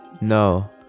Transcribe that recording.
No